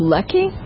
Lucky